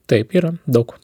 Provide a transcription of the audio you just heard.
taip yra daug